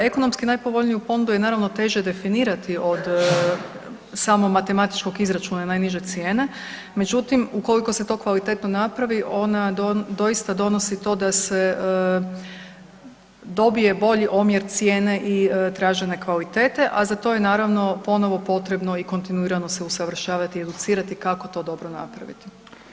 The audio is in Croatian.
Ekonomski najpovoljniju ponudu je naravno, teže definirati od samog matematičkog izračuna i najniže cijene, međutim, ukoliko se to kvalitetno napravi, ona doista donosi to da se dobije bolji omjer cijene i tražene kvalitete, a za to je naravno ponovno potrebno i kontinuirano se usavršavati i educirati, kako to dobro napraviti.